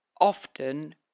often